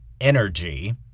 energy